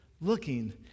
looking